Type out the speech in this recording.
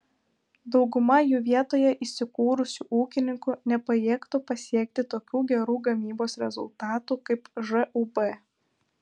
dauguma jų vietoje įsikūrusių ūkininkų nepajėgtų pasiekti tokių gerų gamybos rezultatų kaip žūb